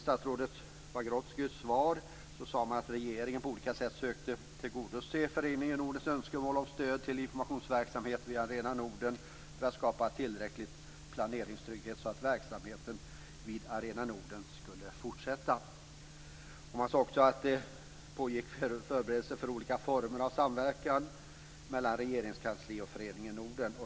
Statsrådet Pagrotskys sade i sitt svar att regeringen på olika sätt försökte tillgodose Föreningen Nordens önskemål om stöd till informationsverksamhet via Arena Norden för att skapa tillräcklig planeringstrygghet så att verksamheten vid Arena Norden skulle fortsätta. Han sade också att det pågick förberedelser för olika former av samverkan mellan Regeringskansliet och Föreningen Norden.